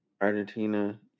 Argentina